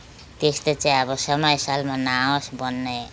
त्यस्तो चाहिँ अब समय सालमा न आओस् भन्ने